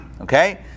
Okay